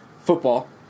football